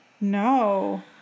No